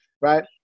Right